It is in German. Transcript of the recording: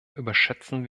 überschätzen